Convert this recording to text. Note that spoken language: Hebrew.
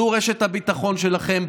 זו רשת הביטחון שלכם.